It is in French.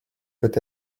peut